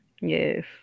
Yes